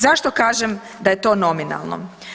Zašto kažem da je to nominalno?